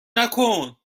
نکن